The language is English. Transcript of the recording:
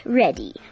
ready